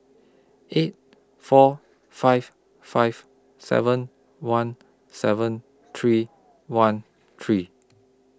eight four five five seven one seven three one three